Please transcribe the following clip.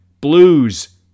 Blues